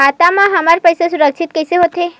खाता मा हमर पईसा सुरक्षित कइसे हो थे?